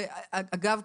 ואגב,